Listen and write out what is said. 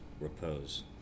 repose